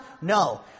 No